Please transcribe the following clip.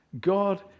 God